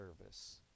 service